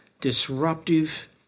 disruptive